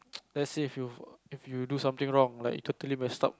let's say if you do something wrong like totally messed up